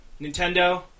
Nintendo